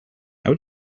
how